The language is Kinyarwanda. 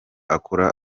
akora